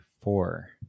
four